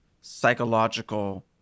psychological